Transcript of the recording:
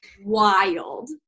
wild